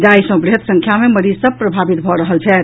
जाहि सॅ वृहत संख्या मे मरीज सभ प्रभावित भऽ रहल छथि